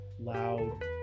loud